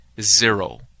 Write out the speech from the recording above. zero